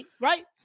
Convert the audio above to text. Right